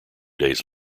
days